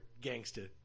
Gangster